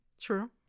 True